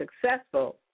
successful